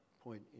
point